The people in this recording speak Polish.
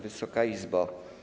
Wysoka Izbo!